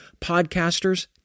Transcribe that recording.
podcasters